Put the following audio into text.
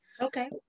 Okay